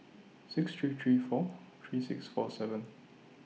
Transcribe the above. six three three four three six four seven